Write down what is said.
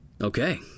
Okay